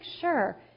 sure